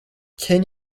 can